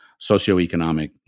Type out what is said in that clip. socioeconomic